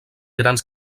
grans